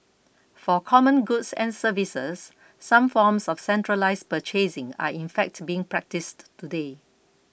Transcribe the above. for common goods and services some forms of centralised purchasing are in fact being practised today